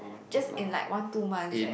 just in like one two months eh